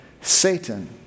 Satan